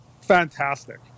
Fantastic